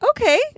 Okay